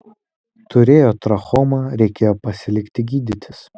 turėjo trachomą reikėjo pasilikti gydytis